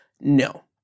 No